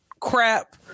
crap